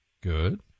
Good